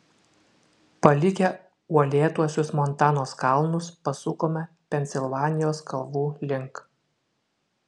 palikę uolėtuosius montanos kalnus pasukome pensilvanijos kalvų link